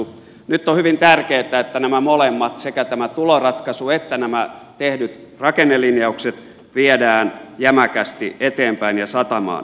nyt on hyvin tärkeätä että nämä molemmat sekä tämä tuloratkaisu että nämä tehdyt rakennelinjaukset viedään jämäkästi eteenpäin ja satamaan